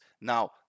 Now